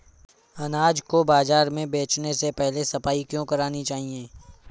अनाज को बाजार में बेचने से पहले सफाई क्यो करानी चाहिए?